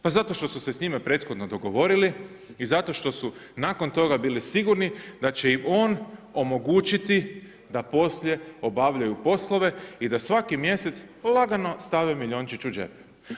Pa zato što su se s njime prethodno dogovorili i zato što su nakon toga bili sigurni da će im on omogućiti da poslije obavljaju poslove i da svaki mjesec lagano stave milijunčić u džep.